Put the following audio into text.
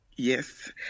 Yes